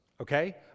okay